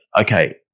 okay